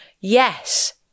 Yes